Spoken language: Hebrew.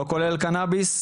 לא כולל קנביס.